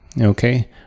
okay